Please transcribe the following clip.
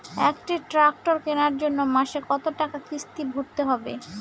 একটি ট্র্যাক্টর কেনার জন্য মাসে কত টাকা কিস্তি ভরতে হবে?